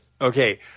Okay